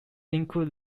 include